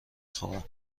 خورم